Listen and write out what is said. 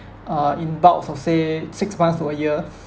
uh in bulks of say six months to a year